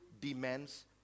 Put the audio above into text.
demands